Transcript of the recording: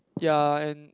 ya and